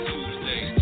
Tuesday